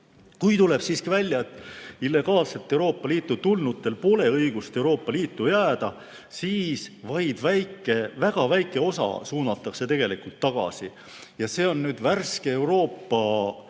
tuleb siiski välja, et illegaalselt Euroopa Liitu tulnutel pole õigust Euroopa Liitu jääda, siis vaid väga väike osa suunatakse tegelikult tagasi. See on nüüd värske Euroopa